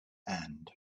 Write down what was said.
hand